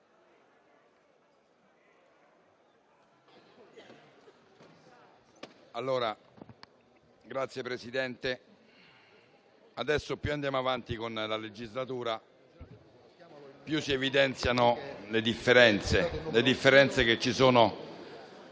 Signor Presidente, più andiamo avanti con la legislatura e più si evidenziano le differenze che ci sono